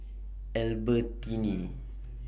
Albertini